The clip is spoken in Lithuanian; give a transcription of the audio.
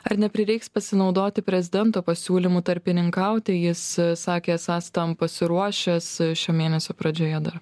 ar neprireiks pasinaudoti prezidento pasiūlymu tarpininkauti jis sakė esąs tam pasiruošęs šio mėnesio pradžioje dar